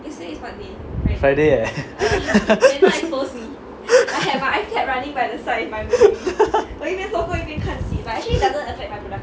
friday eh